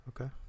Okay